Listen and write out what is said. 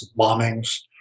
bombings